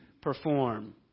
perform